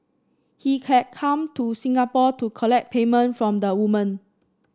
he had come to Singapore to collect payment from the woman